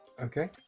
Okay